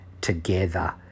together